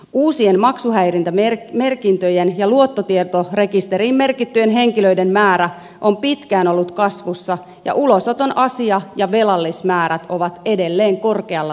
uusien maksuhäiriömerkintöjen ja luottotietorekisteriin merkittyjen henkilöiden määrä on pitkään ollut kasvussa ja ulosoton asia ja velallismäärät ovat edelleen korkealla tasolla